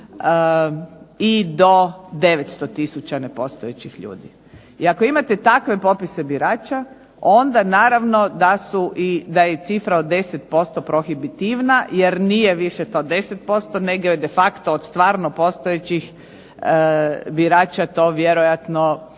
i do 900 tisuća nepostojećih ljudi. I ako imate takve nepostojeće popise birača, onda naravno da je i cifra od 10% prohibitivna jer nije to više 10%, nego je de facto od stvarno postojećih birača to vjerojatno